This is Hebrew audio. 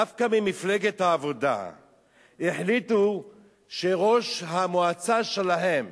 דווקא במפלגת העבודה החליטו שראש המועצה שלהם,